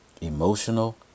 emotional